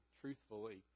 truthfully